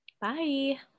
bye